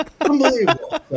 unbelievable